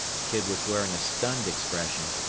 the kid was wearing a stunned expression,